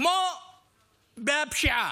כמו בפשיעה: